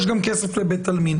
יש גם כסף לבית עלמין.